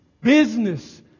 business